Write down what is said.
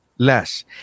less